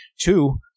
Two